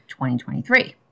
2023